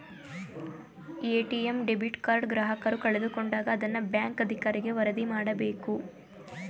ATM debit card ಗ್ರಾಹಕರು ಕಳೆದುಕೊಂಡಾಗ ಅದನ್ನ ಬ್ಯಾಂಕ್ ಅಧಿಕಾರಿಗೆ ವರದಿ ಮಾಡಬೇಕು